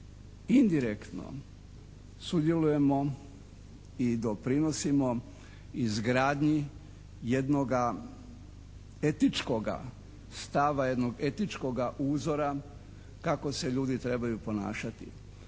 indirektno sudjelujemo i doprinosimo izgradnji jednoga etičkoga stava, jednog etičkoga uzora kako se ljudi trebaju ponašati,